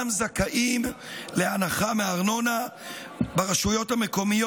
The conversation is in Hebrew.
זכאים להנחה הארנונה ברשויות המקומיות,